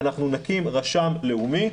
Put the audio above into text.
אנחנו נקים רשם לאומי.